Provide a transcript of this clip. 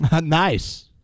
Nice